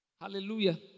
Hallelujah